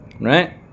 Right